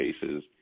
cases